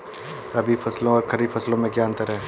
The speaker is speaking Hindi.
रबी फसलों और खरीफ फसलों में क्या अंतर है?